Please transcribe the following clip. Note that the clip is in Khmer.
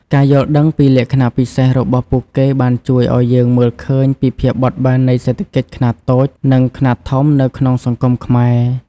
ការយល់ដឹងពីលក្ខណៈពិសេសរបស់ពួកគេបានជួយឱ្យយើងមើលឃើញពីភាពបត់បែននៃសេដ្ឋកិច្ចខ្នាតតូចនិងខ្នាតធំនៅក្នុងសង្គមខ្មែរ។